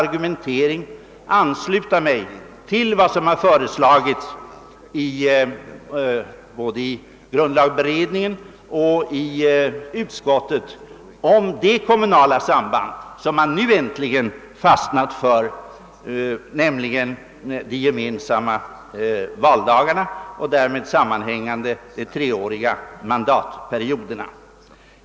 Jag vill utan vidare ansluta mig till vad som har föreslagits både av grundlagberedningen och i utskottsbetänkandet om den variant av kommunala sambandet som man nu änt ligen fastnat för, nämligen de gemensamma valdagarna och de därmed sammanhängande treåriga mandatperioderna.